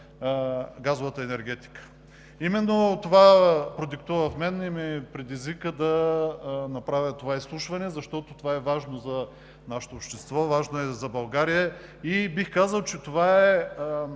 газовата енергетика. Именно това ме предизвика да направя това изслушване, защото то е важно за нашето общество, важно е за България. Бих казал, че това е